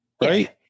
right